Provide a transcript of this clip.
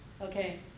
okay